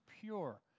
pure